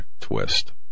twist